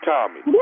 Tommy